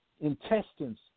intestines